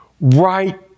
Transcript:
right